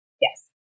Yes